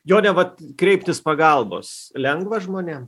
jone vat kreiptis pagalbos lengva žmonėm